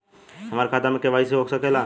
हमार खाता में के.वाइ.सी हो सकेला?